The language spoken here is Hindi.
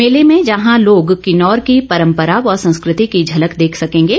मेले में जहां लोगों को किन्नौर की परम्परा व संस्कृति की झलक देख सकेंगे